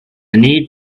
need